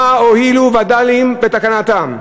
מה הועילו וד"לים בתקנתם?